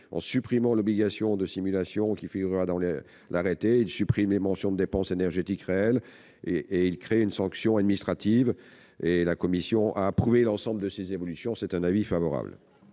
en supprimant l'obligation de simulation qui figurera dans l'arrêté. Il supprime en outre la mention des dépenses énergétiques réelles. Enfin, il crée une sanction administrative. La commission a approuvé l'ensemble de ces évolutions. L'avis est donc favorable.